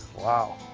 wow.